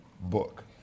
book